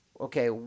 okay